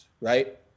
right